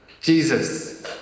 Jesus